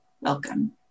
welcome